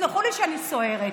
ותסלחו לי שאני נסערת.